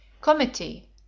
Committee